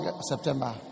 September